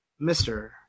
Mr